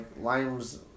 limes